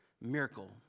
miracle